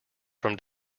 from